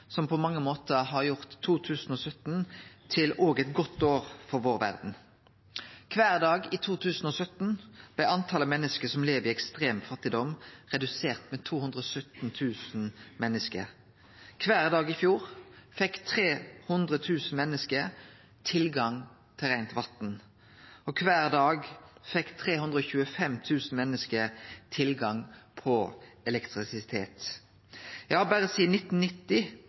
som på mange måtar òg har gjort 2017 til eit godt år for verda vår. Kvar dag i 2017 blei talet på menneske som lever i ekstrem fattigdom, redusert med 217 000. Kvar dag i fjor fekk 300 000 menneske tilgang til reint vatn. Og kvar dag fekk 325 000 menneske tilgang til elektrisitet. Ja, berre sidan 1990